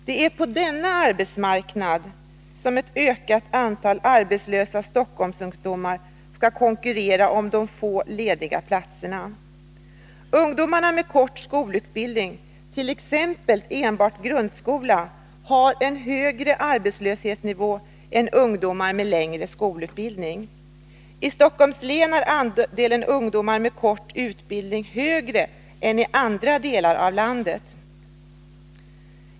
Det är på denna arbetsmarknad som ett ökat antal arbetslösa Stockholmsungdomar skall konkurrera om de få lediga platserna. Ungdomar med kort skolutbildning, t.ex. enbart grundskola, har en högre arbetslöshetsnivå än ungdomar med längre skolutbildning. I Stockholms län är andelen ungdomar med kort utbildning högre än i andra delar av landet.